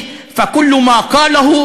התרחק מהבור הכסיל,